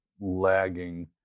lagging